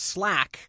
Slack